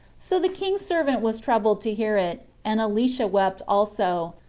so the king's servant was troubled to hear it and elisha wept also,